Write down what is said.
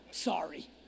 Sorry